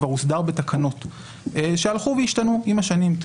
כבר הוסדר בתקנות שהלכו והשתנו עם השנים.